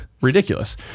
ridiculous